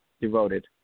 devoted